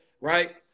right